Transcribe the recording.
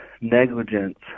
negligence